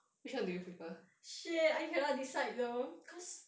shit I cannot decide though cause